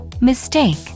mistake